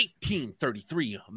1833